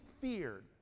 feared